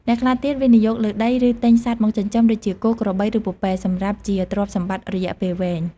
អ្នកខ្លះទៀតវិនិយោគលើដី ឬទិញសត្វមកចិញ្ចឹម ដូចជាគោ ក្របី ឬ ពពែ សម្រាប់ជាទ្រព្យសម្បត្តិរយៈពេលវែង។